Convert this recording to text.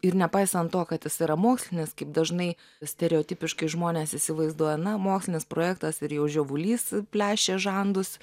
ir nepaisant to kad jis yra mokslinis kaip dažnai stereotipiškai žmonės įsivaizduoja na mokslinis projektas ir jau žiovulys plešia žandus